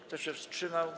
Kto się wstrzymał?